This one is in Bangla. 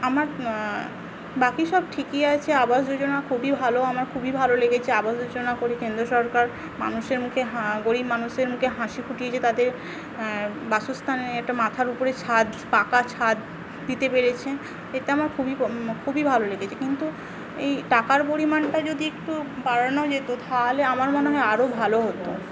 আমার বাকি সব ঠিকই আছে আবাস যোজনা খুবই ভালো আমার খুবই ভালো লেগেছে আবাস যোজনা করে কেন্দ্র সরকার মানুষের মুখে হা গরীব মানুষের মুখে হাসি ফুটিয়েছে তাদের বাসস্থানে একটা মাথার ওপরে ছাদ পাকা ছাদ দিতে পেরেছে এতে আমার খুবই খুবই ভালো লেগেছে কিন্তু এই টাকার পরিমাণটা যদি একটু বাড়ানো যেত তাহলে আমার মনে হয় আরও ভালো হত